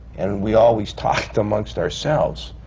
and and we always talked amongst ourselves,